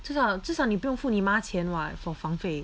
至少至少你不用付你妈钱 [what] for 房费